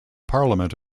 parliament